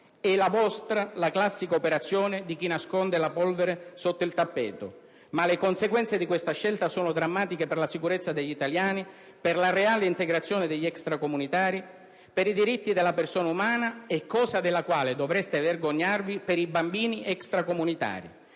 La vostra è la classica operazione di chi nasconde la polvere sotto il tappeto, ma le conseguenze di questa scelta sono drammatiche per la sicurezza degli italiani, per la reale integrazione degli extracomunitari, per i diritti della persona umana e (cosa della quale dovreste vergognarvi) per i bambini extracomunitari.